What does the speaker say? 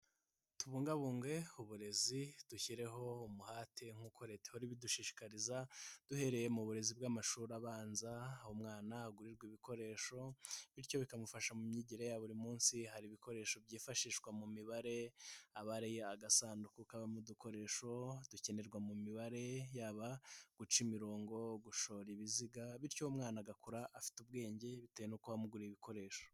Tubungabunge uburezi dushyireho umuhate nkuko uko leta Ihora ibidushishikariza duhereye mu burezi bw'amashuri abanza, umwana agurirwa ibikoresho bityo bikamufasha mu myigire ya buri munsi. Hari ibikoresho byifashishwa mu mibare, agasanduku kabamo udukoresho dukenerwa mu mibare yaba guca imirongo, gushora ibiziga bityo umwana agakura afite ubwenge bitewe no kumugurira ibikoresho.